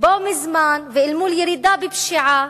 בו בזמן ואל מול ירידה בפשיעה